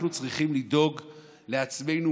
אנחנו צריכים לדאוג לעצמנו,